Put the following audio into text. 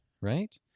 right